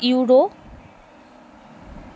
euro